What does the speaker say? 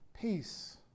Peace